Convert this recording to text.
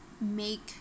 make